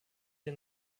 den